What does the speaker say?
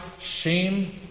shame